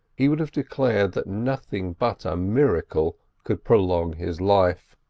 he would have declared that nothing but a miracle could prolong his life.